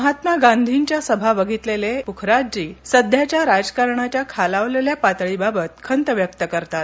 महात्मा गांधी यांच्या सभा बधितलेले पुखराजजी बोथरा सध्याच्या राजकारणाच्या खालावलेल्या पातळीबाबत ते खंत व्यक्त करतात